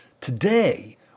Today